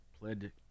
pled